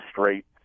straight